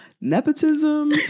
nepotism